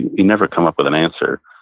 you never come up with an answer.